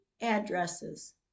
addresses